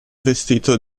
vestito